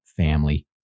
family